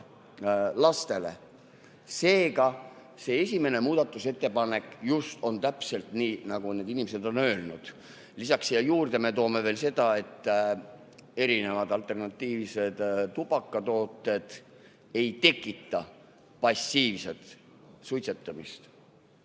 lastele. Seega, see esimene muudatusettepanek on täpselt selline, nagu need inimesed on öelnud. Lisaks toome siia juurde veel selle, et erinevad alternatiivsed tubakatooted ei tekita passiivset suitsetamist.